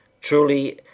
Truly